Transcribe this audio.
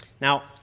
Now